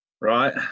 Right